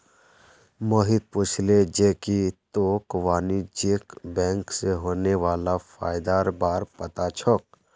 मोहित पूछले जे की तोक वाणिज्यिक बैंक स होने वाला फयदार बार पता छोक